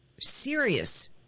serious